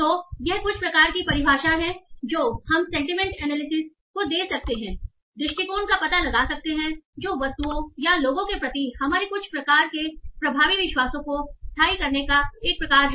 तो यह कुछ प्रकार की परिभाषा है जो हम सेंटीमेंट एनालिसिस को दे सकते हैं दृष्टिकोण का पता लगा सकते हैं जो वस्तुओं या लोगों के प्रति हमारे कुछ प्रकार के प्रभावी विश्वासों को स्थायी करने का एक प्रकार है